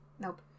Nope